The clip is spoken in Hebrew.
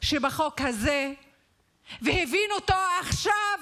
שבחוק הזה והבין את זה עכשיו,